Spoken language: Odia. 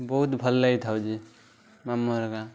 ବହୁତ ଭଲ ଲାଗିଥାଉଛି ମାମୁଁ ଘର ଗାଁ